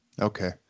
Okay